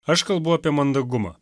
aš kalbu apie mandagumą